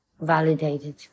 validated